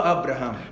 Abraham